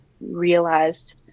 realized